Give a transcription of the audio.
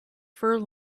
fur